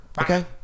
Okay